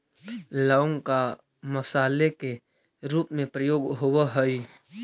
लौंग का मसाले के रूप में प्रयोग होवअ हई